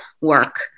work